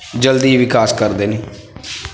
ਜਲਦੀ ਵਿਕਾਸ ਕਰਦੇ ਨੇ